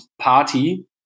party